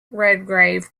redgrave